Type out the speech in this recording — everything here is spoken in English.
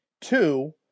Two